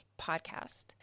podcast